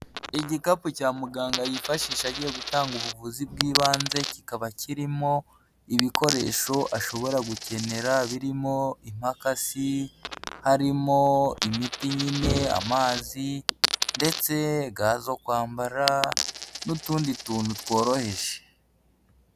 Igikapu cya muganga yifashisha agiye gutanga ubuvuzi bw'ibanze, kikaba kirimo ibikoresho ashobora gukenera birimo imakashi, harimo imiti nyine, amazi, ndetse gaza kwambara, n'utundi tuntu tworoheje.